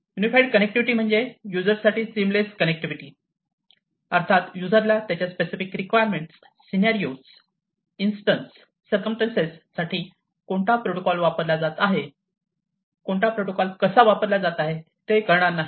unified connectivity म्हणजे user साठी seamless connectivity अर्थात युजरला त्याच्या specific requirement scenario instance circumstances साठी कोणता प्रोटोकॉल वापरला जात आहे कोणता प्रोटोकॉल कसा वापरला जात आहे ते कळणार नाही